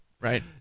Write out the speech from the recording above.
Right